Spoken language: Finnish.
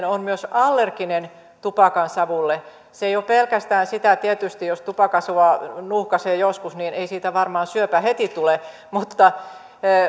on myös allerginen tupakansavulle se ei ole pelkästään sitä tietysti jos tupakansavua nuuhkaisee joskus niin ei siitä varmaan syöpä heti tule mutta